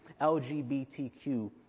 LGBTQ